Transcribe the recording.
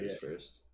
first